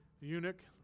eunuch